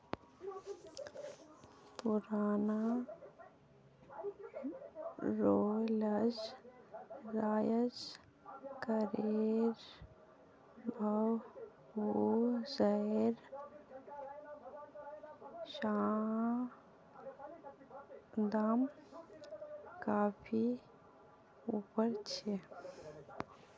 पुराना Rolls Royce कारेर भविष्येर दाम काफी ऊपर छे